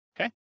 okay